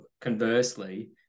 conversely